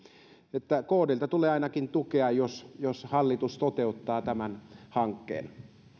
että kdltä tulee ainakin tukea jos hallitus toteuttaa tämän hankkeen